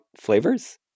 flavors